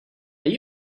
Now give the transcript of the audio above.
are